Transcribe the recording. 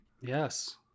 Yes